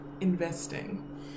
investing